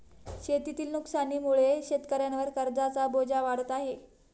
शेतीतील नुकसानीमुळे शेतकऱ्यांवर कर्जाचा बोजा वाढत आहे